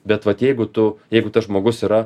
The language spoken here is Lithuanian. bet vat jeigu tu jeigu tas žmogus yra